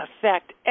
affect